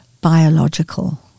biological